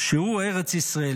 שהוא ארץ ישראל.